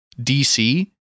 dc